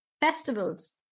festivals